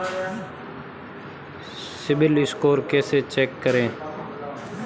CIBIL score कैसे check करें?